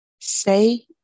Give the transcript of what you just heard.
Say